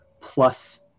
plus